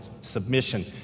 submission